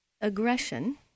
Aggression